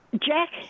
Jack